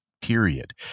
period